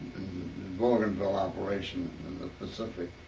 in bougainville operation in the pacific.